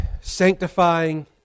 sanctifying